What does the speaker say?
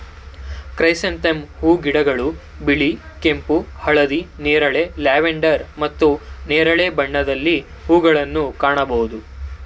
chrysanthemum ಹೂಗಿಡಗಳು ಬಿಳಿ, ಕೆಂಪು, ಹಳದಿ, ನೇರಳೆ, ಲ್ಯಾವೆಂಡರ್ ಮತ್ತು ನೇರಳೆ ಬಣ್ಣಗಳಲ್ಲಿ ಹೂಗಳನ್ನು ಕಾಣಬೋದು